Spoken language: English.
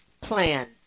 plan